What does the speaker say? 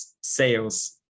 sales